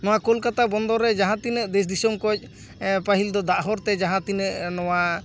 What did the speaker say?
ᱱᱚᱣᱟ ᱠᱳᱞᱠᱟᱛᱟ ᱵᱚᱱᱫᱚᱨ ᱨᱮ ᱡᱟᱦᱟᱸ ᱛᱤᱱᱟᱹᱜ ᱫᱮᱥ ᱫᱤᱥᱚᱢ ᱠᱷᱚᱱ ᱯᱟᱦᱤᱞ ᱫᱚ ᱫᱟᱜ ᱦᱚᱨ ᱛᱮ ᱡᱟᱦᱟᱸ ᱛᱤᱱᱟᱹᱜ ᱱᱚᱣᱟ